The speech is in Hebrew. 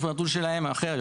יש נתון שלהם והוא אחר.